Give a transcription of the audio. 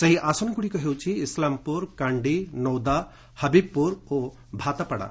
ସେହି ଆସନଗୁଡିକ ହେଉଛି ଇସଲାମପୁର କାଣ୍ଡି ନୌଦା ହବିବ୍ପୁର ଓ ଭାତପାଡା